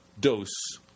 dose